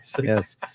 yes